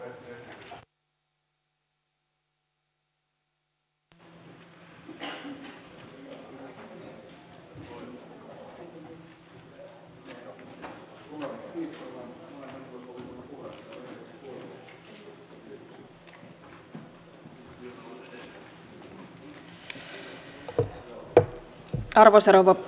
arvoisa rouva puhemies